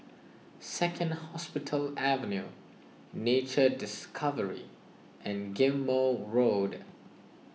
Second Hospital Avenue Nature Discovery and Ghim Moh Road